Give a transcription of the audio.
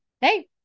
Hey